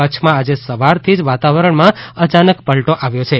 કચ્છમાં આજે સવારથી જ વાતાવરણમાં અચાનક પલ્ટો આવ્યો છે